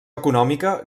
econòmica